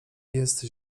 jest